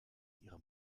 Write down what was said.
ihre